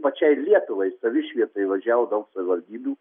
pačiai lietuvai savišvietai važiavo daug savivaldybių